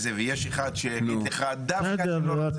אחד שיגיד לך שדווקא הוא לא מסכים.